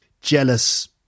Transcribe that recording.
jealous